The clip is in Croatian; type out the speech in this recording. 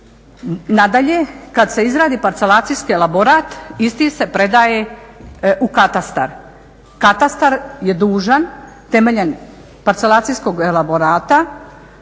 Nadalje, kad se izradi parcelacijski elaborat, isti se predaje u katastar. Katastar je dužan temeljem parcelacijskog elaborata